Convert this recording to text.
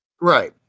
Right